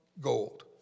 gold